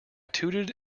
tooted